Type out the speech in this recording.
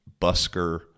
busker